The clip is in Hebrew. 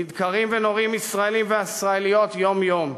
נדקרים ונורים ישראלים וישראליות יום-יום.